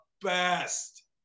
best